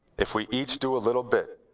if we each do a little bit,